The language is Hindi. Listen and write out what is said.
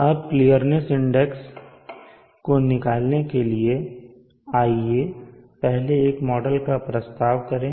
अब क्लियरनेस इंडेक्स को निकालने के लिए आइए पहले एक मॉडल का प्रस्ताव करें